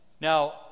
Now